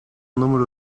número